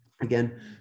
Again